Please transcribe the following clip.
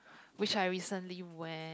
which I recently went